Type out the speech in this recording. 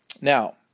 Now